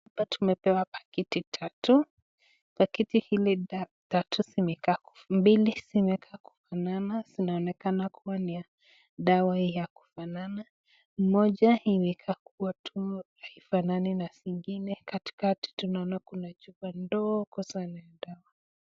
Hapa tumepewa pakiti tatu pakiti hizi tatu mbili zimekaa kufanana zinaonekana kuwa ni ya dawa ya kufanana moja imekaa kuwa tu haifanani na zingine ,katikati tunaona kuna chupa ndogo sana ya dawa.